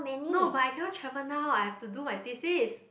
no but I cannot travel now I have to do my thesis